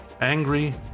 angry